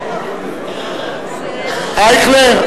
אייכלר,